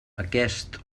aquest